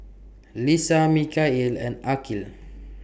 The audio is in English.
Lisa Mikhail and Aqil